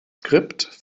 skript